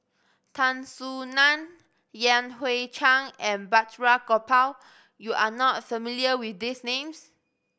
Tan Soo Nan Yan Hui Chang and Balraj Gopal you are not familiar with these names